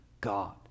God